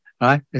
Right